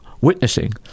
witnessing